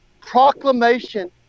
proclamation